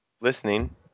listening